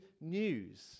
news